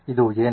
ಇದು ಏನು